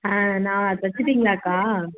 ஆ நான் தச்சிவிட்டிங்களாக்கா